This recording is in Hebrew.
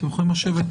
אתם יכולים לשבת,